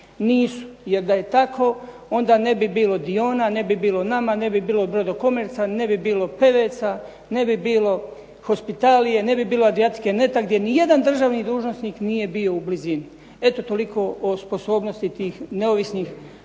Nisu. Jer da je tako onda ne bi bilo Diona, ne bi bilo NA-MA, ne bi bilo Brodokomerca, ne bi bilo Peveca, ne bi bilo Hospitalije, ne bi bilo Adriatice neta gdje nijedan državni dužnosnik nije bilo u blizini. Eto, toliko o sposobnosti tih neovisnih stručnjaka